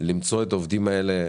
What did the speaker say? למצוא עובדים כאלה,